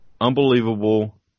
Unbelievable